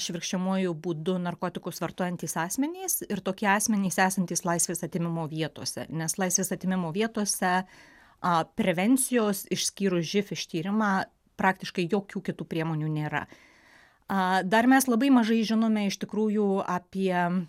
švirkščiamuoju būdu narkotikus vartojantys asmenys ir tokie asmenys esantys laisvės atėmimo vietose nes laisvės atėmimo vietose a prevencijos išskyrus živ ištyrimą praktiškai jokių kitų priemonių nėra dar mes labai mažai žinome iš tikrųjų apie